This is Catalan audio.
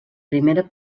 primera